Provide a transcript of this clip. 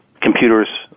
computers